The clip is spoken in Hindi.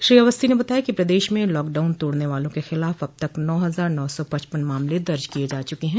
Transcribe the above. श्री अवस्थी ने बताया कि प्रदेश में लॉकडाउन तोड़ने वालों के खिलाफ अब तक नौ हजार नौ सौ पचपन मामले दर्ज किये जा चुके हैं